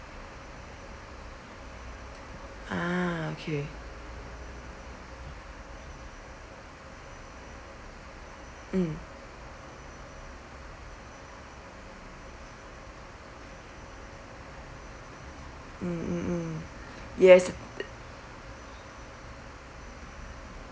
ah okay mm mm mm mm yes